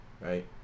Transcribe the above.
right